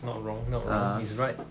not wrong not wrong is right